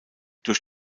durch